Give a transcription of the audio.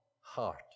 heart